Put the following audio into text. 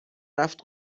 رفت